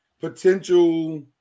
potential